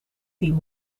team